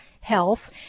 Health